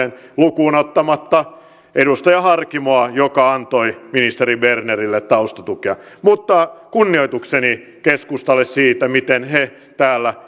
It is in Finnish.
lukuun ottamatta edustaja harkimoa joka antoi ministeri bernerille taustatukea mutta kunnioitukseni keskustalle siitä miten he